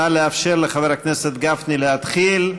נא לאפשר לחבר הכנסת גפני להתחיל.